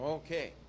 Okay